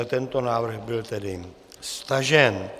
Tento návrh byl tedy stažen.